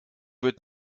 wird